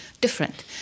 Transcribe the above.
different